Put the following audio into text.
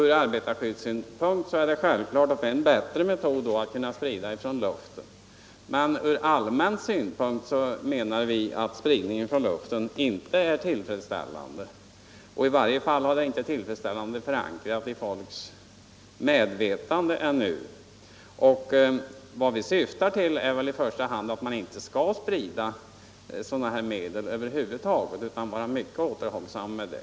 Ur arbetarskyddssynpunkt är det naturligtvis en bättre metod att sprida från luften, men ur allmän synpunkt menar vi att spridning från luften inte är tillfredsställande — i varje fall inte tillfredsställande förankrad i folkets medvetande. Vad vi syftar till är i första hand att man över huvud taget inte skall sprida sådana här medel utan vara mycket återhållsam med det.